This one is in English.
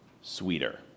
sweeter